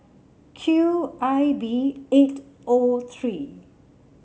Q I B eight O three